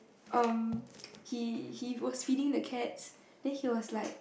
um he he was feeding the cats then he was like